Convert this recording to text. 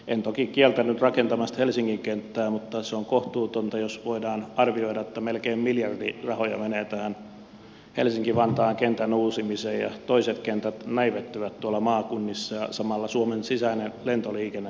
en toki kieltänyt rakentamasta helsingin kenttää mutta se on kohtuutonta jos voidaan arvioida että melkein miljardi rahoja menee tähän helsinki vantaan kentän uusimiseen ja toiset kentät näivettyvät tuolla maakunnissa ja samalla suomen sisäinen lentoliikenne näivettyy